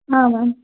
ಹಾಂ ಮ್ಯಾಮ್